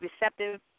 receptive